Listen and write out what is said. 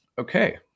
Okay